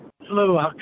Hello